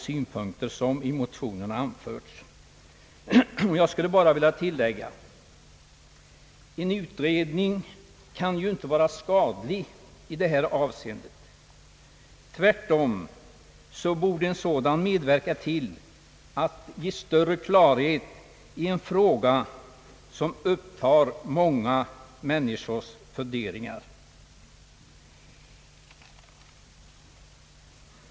En utredning kan ju inte vara skadlig i detta avseende, Tvärtom borde en sådan medverka till att ge större klarhet i en fråga som upptar många människors funderingar.